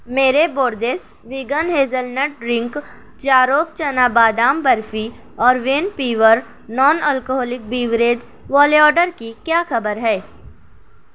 میرے Borges vegan hazelnut drink چاروک چنا بادام برفی اور وین پیور نان الکحلک بیوریج والے آڈر کی کیا خبر ہے